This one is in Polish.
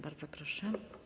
Bardzo proszę.